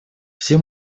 все